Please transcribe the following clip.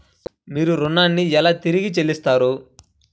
మీరు ఋణాన్ని ఎలా తిరిగి చెల్లిస్తారు?